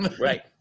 Right